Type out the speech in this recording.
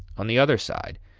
on the other side,